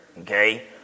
okay